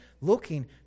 looking